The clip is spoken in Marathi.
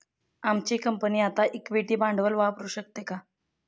आमची कंपनी आता इक्विटी भांडवल वापरू शकते का?